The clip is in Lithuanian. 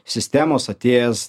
sistemos atėjęs